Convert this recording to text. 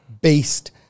based